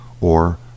or